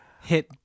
hit